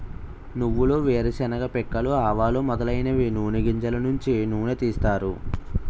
నువ్వులు వేరుశెనగ పిక్కలు ఆవాలు మొదలైనవి నూని గింజలు నుంచి నూనె తీస్తారు